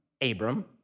Abram